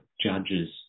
judges